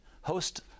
host